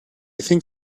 think